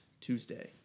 Tuesday